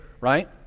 Right